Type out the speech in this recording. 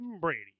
Brady